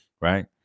right